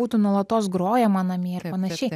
būtų nuolatos grojama namie ir panašiai